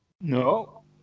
No